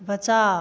बचाउ